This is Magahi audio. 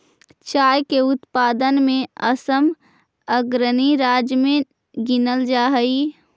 चाय के उत्पादन में असम अग्रणी राज्य में गिनल जा हई